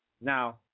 Now